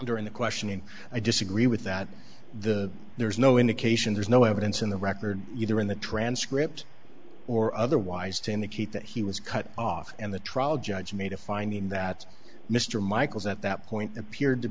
during the questioning i disagree with that the there is no indication there's no evidence in the record either in the transcript or otherwise to indicate that he was cut off and the trial judge made a finding that mr michaels at that point appeared to